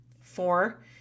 Four